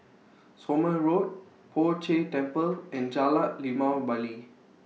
Somme Road Poh Jay Temple and Jalan Limau Bali